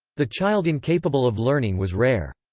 the child incapable of learning was rare.